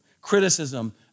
criticism